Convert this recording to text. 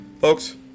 Folks